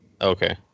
okay